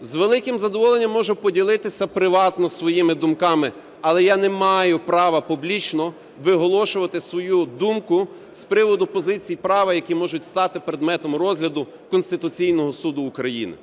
З великим задоволенням можу поділитися приватно своїми думками, але я не маю права публічно виголошувати свою думку з приводу позицій права, які можуть стати предметом розгляду Конституційного Суду України.